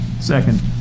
Second